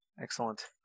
excellent